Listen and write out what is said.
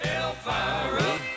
Elvira